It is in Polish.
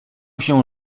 się